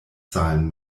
zahlen